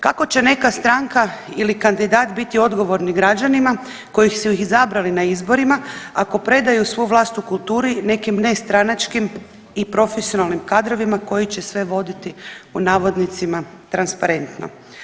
Kako će neka stranka ili kandidat biti odgovorni građanima koji su ih izabrali na izborima, ako predaju svu vlast u kulturi nekim nestranačkim i profesionalnim kadrovima koji će sve voditi u navodnicima, transparentno.